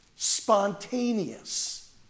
Spontaneous